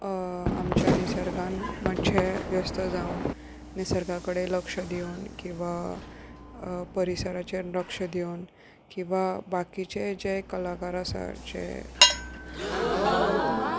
आमच्या निसर्गांत मात्शें व्यस्त जावन निसर्गा कडेन लक्ष दिवन किंवा परिसराचेर लक्ष दिवन किंवा बाकीचे जे कलाकार आसा जे